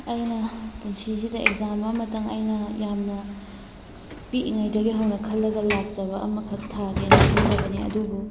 ꯑꯩꯅ ꯄꯨꯟꯁꯤꯁꯤꯗ ꯑꯦꯛꯖꯥꯝ ꯑꯃꯇꯪ ꯑꯩꯅ ꯌꯥꯝꯅ ꯄꯤꯛꯏꯉꯩꯗꯒꯤ ꯍꯧꯅ ꯈꯜꯂꯒ ꯂꯥꯛꯆꯕ ꯑꯃꯈꯛ ꯊꯥꯒꯦꯅ ꯈꯟꯖꯕꯅꯤ ꯑꯗꯨꯕꯨ